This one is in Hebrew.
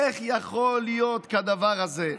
איך יכול להיות כדבר הזה?